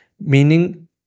meaning